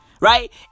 right